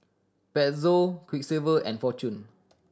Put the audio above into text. Pezzo Quiksilver and Fortune